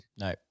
No